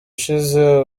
ushize